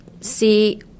see